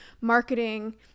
marketing